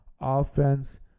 offense